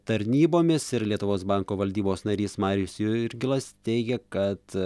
tarnybomis ir lietuvos banko valdybos narys marius jurgilas teigia kad